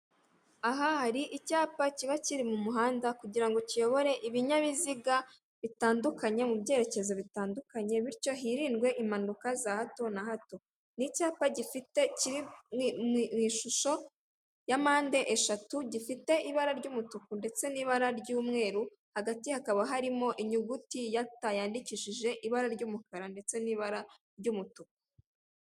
Aha hari icyapa kiba kiri mu muhanda kugira ngo kiyobore ibinyabiziga bitandukanye,, mu byerekezo bitandukanye. Bityo hirindwe impanuka za hato na hato. Ni icyapa gifite ishusho ya mpande eshatu, gifite ibara ry'umutuku ndetse n'ibara ry'umweru. Hagati hakaba harimo inyuguti ya T, yandikishije ibara ry'umukara ndetse n'ibara ry'umutuku.